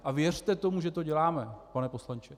A věřte tomu, že to děláme, pane poslanče.